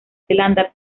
zelanda